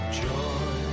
joy